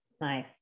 Nice